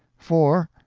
four.